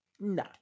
no